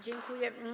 Dziękuję.